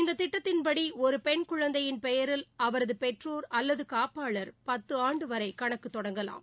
இந்தத் திட்டத்தின்படி ஒரு பெண் குழந்தையின் பெயரில் அவரது பெற்றோர் அல்லது காப்பாளர் பத்து ஆண்டு வரை கணக்கு தொடங்கலாம்